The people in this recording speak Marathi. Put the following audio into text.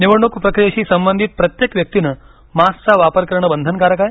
निवडणूक प्रक्रियेशी संबंधित प्रत्येक व्यक्तीनं मास्कचा वापर करणं बंधनकारक आहे